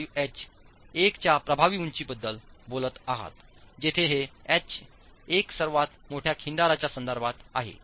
25 H 1 च्या प्रभावी उंचीबद्दल बोलत आहात जिथे हे एच 1 सर्वात मोठ्या खिंडारच्या संदर्भात आहे